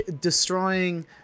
destroying